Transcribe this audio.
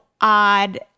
odd